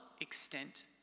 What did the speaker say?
extent